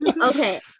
okay